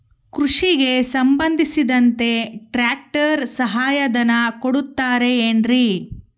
ಕೃಷಿಗೆ ಸಂಬಂಧಿಸಿದಂತೆ ಟ್ರ್ಯಾಕ್ಟರ್ ಸಹಾಯಧನ ಕೊಡುತ್ತಾರೆ ಏನ್ರಿ?